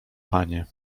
panie